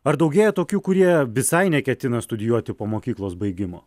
ar daugėja tokių kurie visai neketina studijuoti po mokyklos baigimo